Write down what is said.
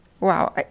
Wow